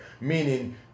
meaning